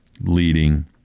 leading